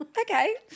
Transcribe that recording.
okay